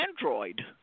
android